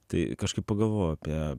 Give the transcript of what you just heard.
tai kažkaip pagalvojau apie